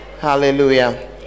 hallelujah